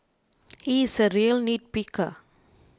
he is a real nitpicker